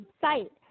site